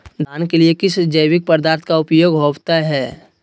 धान के लिए किस जैविक पदार्थ का उपयोग होवत है?